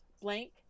blank